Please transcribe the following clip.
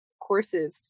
courses